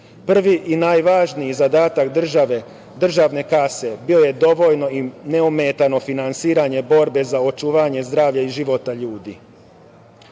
i najvažniji zadatak države, državne kase bio je dovoljno i neometano finansiranje borbe za očuvanje zdravlja i života ljudi.